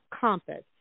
compass